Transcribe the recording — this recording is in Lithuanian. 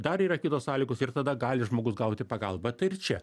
dar yra kitos sąlygos ir tada gali žmogus gauti pagalbą tai ir čia